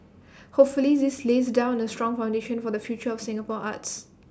hopefully this lays down A strong foundation for the future of Singapore arts